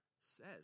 says